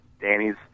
Danny's